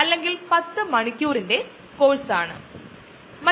അല്ലെങ്കിൽ കാൻസർ സംഭവിക്കുന്നതിനുള്ള ഒരു മാർഗമാണിത്